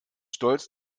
stolz